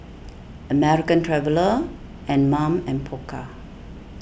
American Traveller Anmum and Pokka